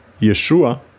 Yeshua